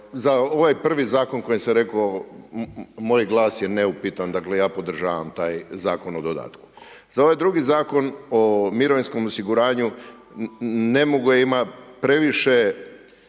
za ovaj prvi zakon o kojem sam rekao, moj glas je neupitan, dakle ja podržavam taj Zakon o dodatku. Za ovaj drugi Zakon o mirovinskom osiguranju .../Govornik se ne